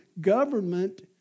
government